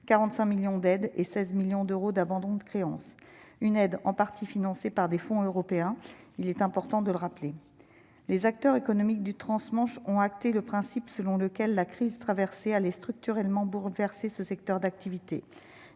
45 millions d'aides et 16 millions d'euros d'abandon de créances, une aide en partie financé par des fonds européens, il est important de le rappeler, les acteurs économiques du transmanche ont acté le principe selon lequel la crise traversée structurellement bouleverser ce secteur d'activité,